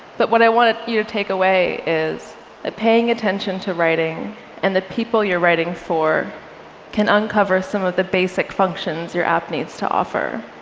but what i want you ah your take away is that paying attention to writing and the people you're writing for can uncover some of the basic functions your app needs to offer.